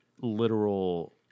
literal